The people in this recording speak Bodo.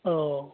अह